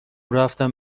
رفتم